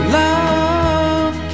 love